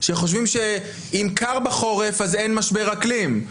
שחושבים שאם קר בחורף אז אין משבר אקלים,